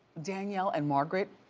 danielle and margaret,